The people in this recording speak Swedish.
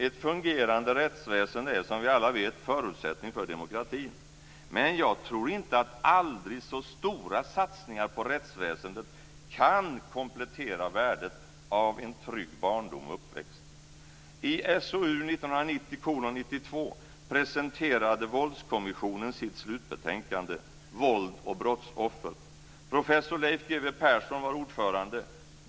Ett fungerande rättsväsende är som vi alla vet en förutsättning för demokratin. Men jag tror inte att aldrig så stora satsningar på rättsväsendet kan komplettera värdet av en trygg barndom och uppväxt. I G.W. Persson var ordförande.